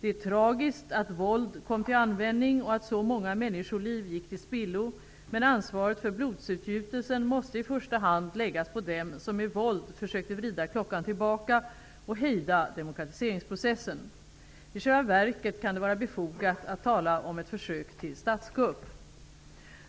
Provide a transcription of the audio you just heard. Det är tragiskt att våld kom till användning och att så många människoliv gick till spillo, men ansvaret för blodsutgjutelsen måste i första hand läggas på dem som med våld försökte vrida klockan tillbaka och hejda demokratiseringsprocessen. I själva verket kan det vara befogat att tala om ett försök till statskupp.